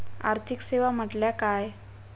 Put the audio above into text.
आर्थिक सेवा म्हटल्या काय?